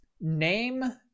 name